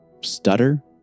stutter